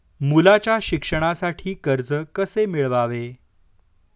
मुलाच्या शिक्षणासाठी कर्ज कसे मिळवावे?